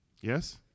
Yes